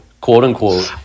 quote-unquote